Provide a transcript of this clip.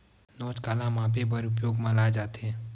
नोच काला मापे बर उपयोग म लाये जाथे?